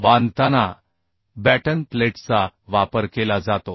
बांधताना बॅटन प्लेट्सचा वापर केला जातो